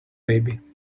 baby